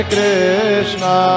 Krishna